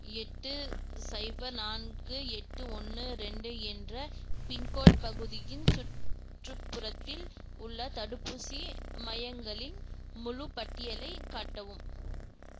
எட்டு சைபர் நான்கு எட்டு ஒன்று ரெண்டு என்ற பின்கோடு பகுதியின் சுற்றுப்புறத்தில் உள்ள தடுப்பூசி மையங்களின் முழுப்பட்டியலை காட்டவும்